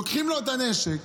לוקחים לו את הנשק,